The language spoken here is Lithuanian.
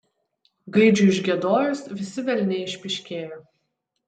gaidžiui užgiedojus visi velniai išpyškėjo